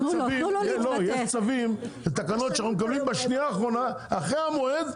יש צווים ותקנות שאנחנו מקבלים בשנייה האחרונה אחרי המועד,